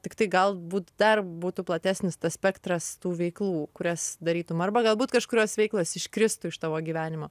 tiktai galbūt dar būtų platesnis spektras tų veiklų kurias darytum arba galbūt kažkurios veiklos iškristų iš tavo gyvenimo